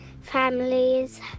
families